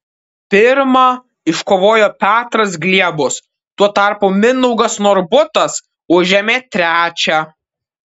pirmą iškovojo petras gliebus tuo tarpu mindaugas norbutas užėmė trečią